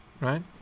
right